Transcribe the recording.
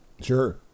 Sure